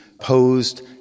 posed